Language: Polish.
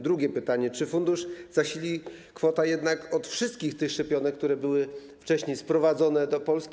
Drugie pytanie: Czy fundusz zasili kwota jednak od wszystkich szczepionek, które były wcześniej sprowadzone do Polski?